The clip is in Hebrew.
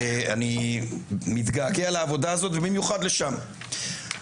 ואני מתגעגע לעבודה הזאת ובמיוחד לשם.